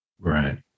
Right